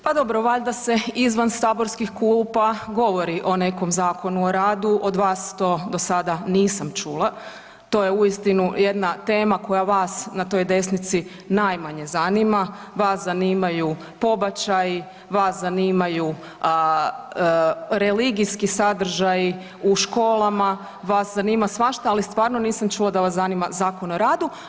Pa dobro, valjda izvan saborskih klupa govori o nekom Zakonu o radu, od vas to dosada nisam čula, to je uistinu jedna tema koja vas na toj desnici najmanje zanima, vas zanimaju pobačaji, vas zanimaju religijski sadržaji u školama, vas zanima svašta, ali stvarno nisam čula da vas zanima Zakon o radu.